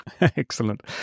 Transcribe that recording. Excellent